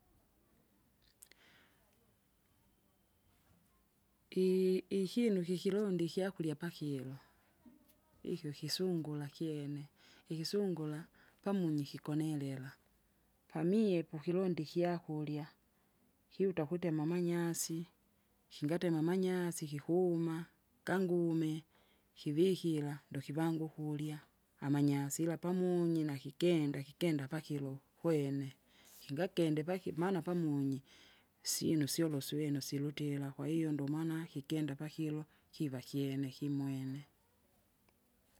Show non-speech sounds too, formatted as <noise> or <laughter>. I- ihinu kikilundi ikyakurya pakilo, <noise> ikyo kisungura kyene. Ikisungura, pamunyi kikonelela, pamie pokilonda ikyakurya, kiuta kutema amanyasi, kingatema amanyasi kikuma, gangume kivikira ndokivanga ukurya, amanyasi ila pamunyi nakikenda kikenda pakilo uhwene. Kingakede paki- maana pamunyi, isyinu syolo suwena usirutira kwahiyo ndomana kikenda pakilo, kiva kyene kimene. <noise>